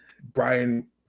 Brian